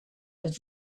but